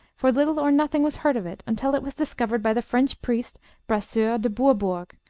for little or nothing was heard of it until it was discovered by the french priest brasseur de bourbourg,